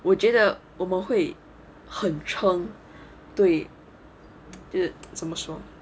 我觉得我们会很撑对就是怎么说